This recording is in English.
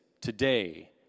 today